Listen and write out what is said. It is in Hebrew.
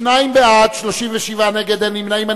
שניים בעד, 37 נגד, אין נמנעים.